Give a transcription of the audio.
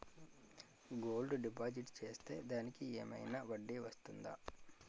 Gold deposit చేస్తే దానికి ఏమైనా వడ్డీ వస్తుందా?